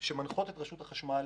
שמנחים את רשות החשמל